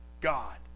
God